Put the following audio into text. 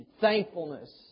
thankfulness